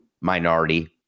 minority